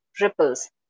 ripples